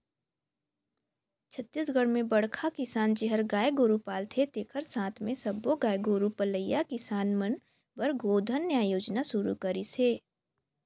छत्तीसगढ़ में बड़खा किसान जेहर गाय गोरू पालथे तेखर साथ मे सब्बो गाय गोरू पलइया किसान मन बर गोधन न्याय योजना सुरू करिस हे